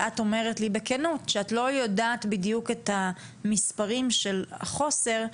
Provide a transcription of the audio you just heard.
ואת אומרת לי בכנות שאת לא יודעת בדיוק את המספרים של החוסר,